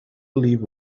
believe